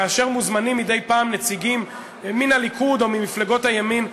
כאשר מוזמנים מדי פעם נציגים מן הליכוד או ממפלגות הימין,